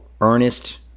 Ernest